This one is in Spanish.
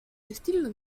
estilo